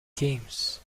games